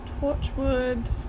Torchwood